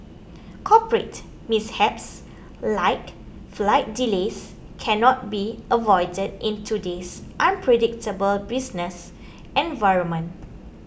corporate mishaps like flight delays cannot be avoided in today's unpredictable business environment